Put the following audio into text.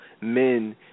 men